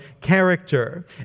character